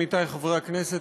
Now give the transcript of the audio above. עמיתי חברי הכנסת,